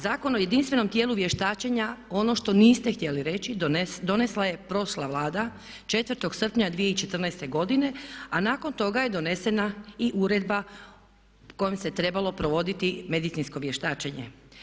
Zakon o jedinstvenom tijelu vještačenja ono što niste htjeli reći donesla je prošla Vlada 4. srpnja 2014. godine, a nakon toga je donesena i Uredba kojom se trebalo provoditi medicinsko vještačenje.